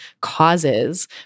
causes